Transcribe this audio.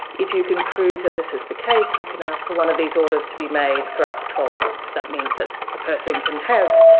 if you can prove this is the case you can ask for one of these orders to be made for up to twelve months. that means that a person can have,